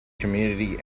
community